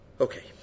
Okay